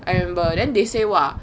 I remember then they say !wah!